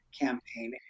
campaign